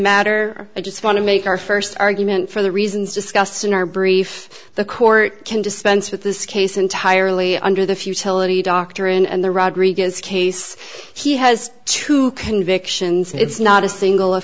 matter i just want to make our first argument for the reasons discussed in our brief the court can dispense with this case entirely under the futility doctrine and the rodriguez case he has two convictions it's not a single